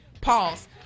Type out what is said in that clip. pause